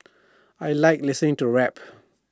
I Like listening to rap